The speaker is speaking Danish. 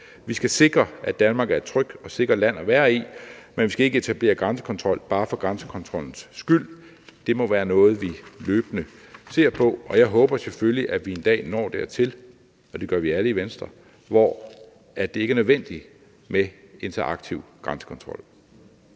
Vi skal sikre, at Danmark er et trygt og sikkert land at være i, men vi skal ikke etablere grænsekontrol bare for grænsekontrollens skyld. Det må være noget, vi løbende ser på. Og jeg håber selvfølgelig, og det gør vi alle i Venstre, at vi en dag når dertil, hvor det ikke er nødvendigt med en så aktiv grænsekontrol.